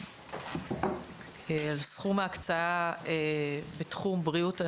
על סכום ההקצאה בתחום בריאות הנפש,